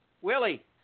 Willie